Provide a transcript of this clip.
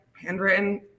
handwritten